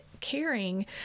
caring